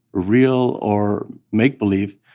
real or make-believe,